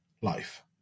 life